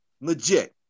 Legit